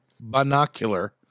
binocular